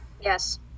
yes